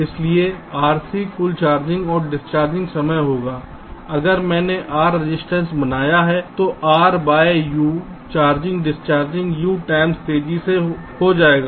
इसलिए RC कुल charging और डिस्चार्जिंग समय होगा अगर मैंने R रजिस्टेंस बनाया है तो R by U charging discharging U times तेजी से हो जाएगा